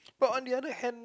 but on the other hand